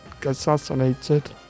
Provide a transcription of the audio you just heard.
Assassinated